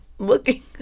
looking